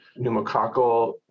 pneumococcal